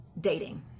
Dating